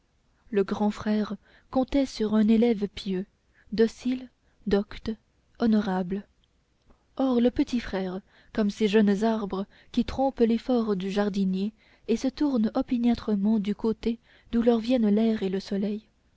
le grand frère comptait sur un élève pieux docile docte honorable or le petit frère comme ces jeunes arbres qui trompent l'effort du jardinier et se tournent opiniâtrement du côté d'où leur viennent l'air et le soleil